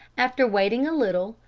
after waiting a little,